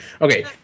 Okay